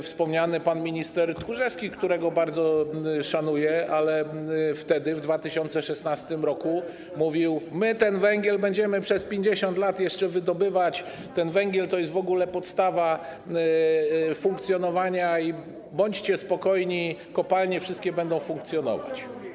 Wspomniany pan minister Tchórzewski, którego bardzo szanuję, wtedy, w 2016 r., mówił: my ten węgiel będziemy przez 50 lat jeszcze wydobywać, ten węgiel to jest w ogóle podstawa funkcjonowania i bądźcie spokojni, wszystkie kopalnie będą funkcjonować.